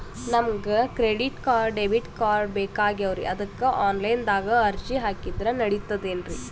ನಮಗ credit card, debit card ಬೇಕಾಗ್ಯಾವ್ರೀ ಅದಕ್ಕ ಆನಲೈನದಾಗ ಅರ್ಜಿ ಹಾಕಿದ್ರ ನಡಿತದೇನ್ರಿ?